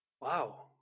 Wow